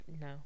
no